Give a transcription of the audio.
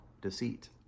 deceit